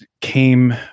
came